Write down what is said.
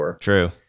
True